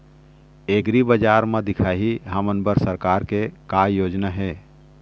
एग्रीबजार म दिखाही हमन बर सरकार के का योजना हे?